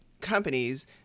companies